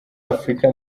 afurika